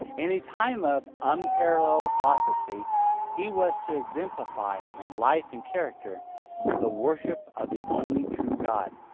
in a time of unparalleled apostasy he was to exemplify in life and character the worship of the only true god.